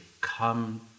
come